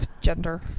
Gender